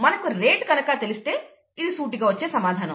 మనకు రేట్ కనుక తెలిస్తే ఇది సూటిగా వచ్చే సమాధానం